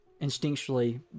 instinctually